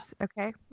Okay